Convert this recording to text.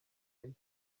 yahise